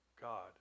God